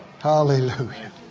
Hallelujah